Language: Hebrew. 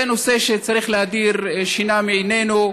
זה נושא שצריך להדיר שינה מעינינו,